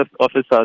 officers